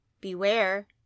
Beware